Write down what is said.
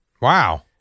Wow